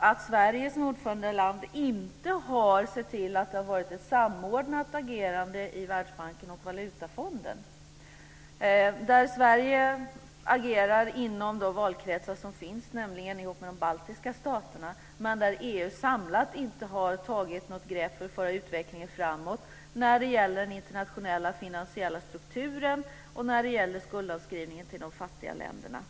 att Sverige som ordförandeland inte har sett till att vi fått ett samordnat agerande i Världsbanken och Valutafonden, där Sverige agerar inom de valkretsar som finns, nämligen tillsammans med de baltiska staterna, men där EU inte samlat tagit något grepp för att föra utvecklingen framåt när det gäller den internationella finansiella strukturen och när det gäller skuldavskrivningen till förmån för de fattiga länderna.